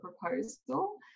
proposal